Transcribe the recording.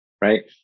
right